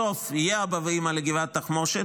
בסוף יהיו אבא ואימא לגבעת התחמושת,